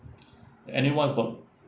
any one is about